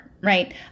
Right